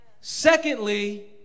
Secondly